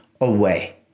away